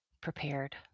prepared